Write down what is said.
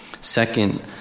Second